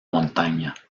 montaña